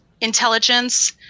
intelligence